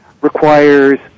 requires